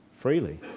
freely